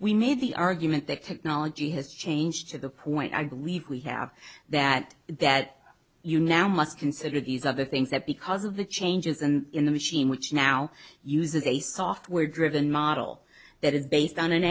we made the argument that technology has changed to the point i believe we have that that you now must consider these other things that because of the changes and in the machine which now uses a software driven model that is based on an